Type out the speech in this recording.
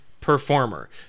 performer